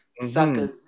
suckers